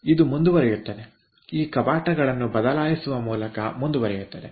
ಇದು ಮುಂದುವರಿಯುತ್ತದೆಈ ಕವಾಟಗಳನ್ನು ಬದಲಾಯಿಸುವ ಮೂಲಕ ಮುಂದುವರಿಯುತ್ತದೆ